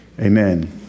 amen